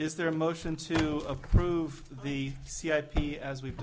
is there a motion to approve the c i p as we've